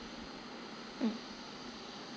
mm